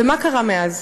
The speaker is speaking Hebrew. ומה קרה מאז?